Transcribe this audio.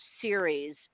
series